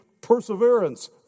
perseverance